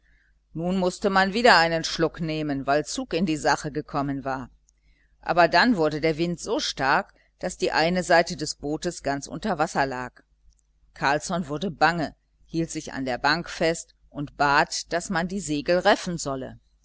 nun mußte man wieder einen schluck nehmen weil zug in die sache gekommen war aber dann wurde der wind so stark daß die eine seite des bootes ganz unter wasser lag carlsson wurde bange hielt sich an der bank fest und bat daß man die segel reffen solle